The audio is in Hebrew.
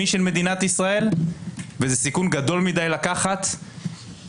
חרדים שלא מאפשרים להם לשמור כשרות.